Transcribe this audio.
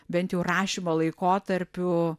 bent jau rašymo laikotarpiu